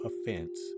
offense